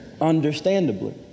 Understandably